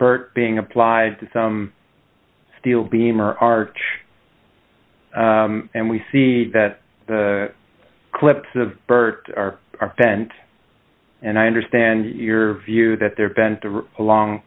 bert being applied to some steel beam or arch and we see that the clips of bert are bent and i understand your view that they're